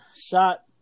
shot